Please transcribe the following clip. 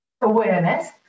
awareness